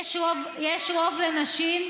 יש רוב לנשים.